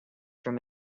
from